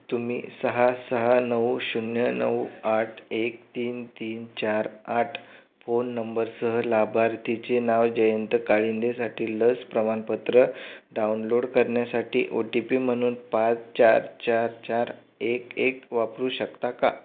तुम्ही सहा सहा नऊ शून्य नऊ आठ एक तीन तीन चार आठ फोन नंबरसह लाभार्थीचे नाव जयंत काळींदेसाठी लस प्रमाणपत्र डाउनलोड करण्यासाठी ओ टी पी म्हणून पाच चार चार चार एक एक वापरू शकता का